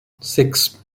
six